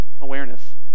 Awareness